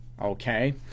Okay